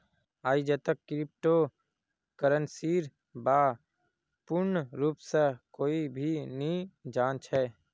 आईजतक क्रिप्टो करन्सीर बा र पूर्ण रूप स कोई भी नी जान छ